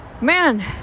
man